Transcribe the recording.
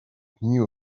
knew